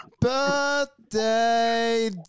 birthday